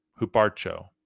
Huparcho